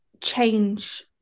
change